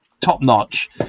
top-notch